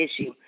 issue